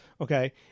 Okay